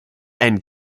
and